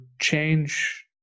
change